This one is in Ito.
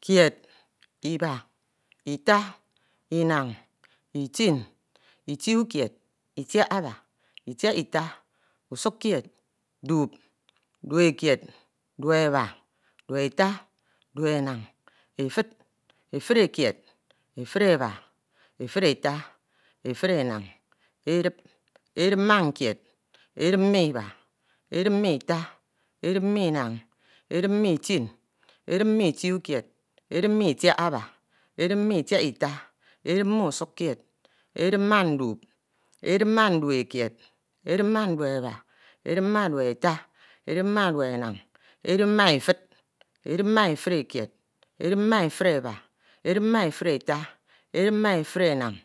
Kied, Iba, Ita, inan, itin, itiukied, itiaba, itia Ita, usukkied, dup, dupekied, dupeba, dupeta, dupenan, efud, efudekied, efudeba, efudeta, etudenan, edip, edipmakied, edip ma Iba, edip ma Ita, edip ma inan, edip ma itin, edip ma itiukied, edip ma itiaaba, edip ma Itiaita, edip ma usukkied, edip ma dup, edip ma dupekied, edip ma depeba, edip ma dupeta, dupenan, edip ma efud, edip ma etudekied, edip ma efudeba, edip ma efudeta, edip ma efudenan,